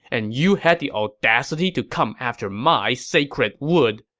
and you had the audacity to come after my sacred wood!